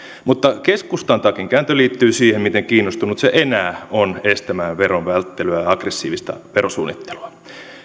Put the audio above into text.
mutta keskustan takinkääntö liittyy siihen miten kiinnostunut se enää on estämään verovälttelyä ja aggressiivista verosuunnittelua